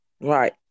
Right